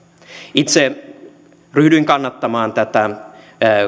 itse ryhdyin kannattamaan tätä